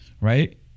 Right